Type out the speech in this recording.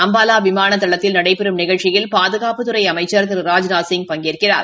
அம்பாலா விமான தளத்தில் நடைபெறும் நிகழ்ச்சியில் பாதுகாப்புத்துறை அமைச்ச் திரு ராஜ்நாத்சிங் பங்கேற்கிறார்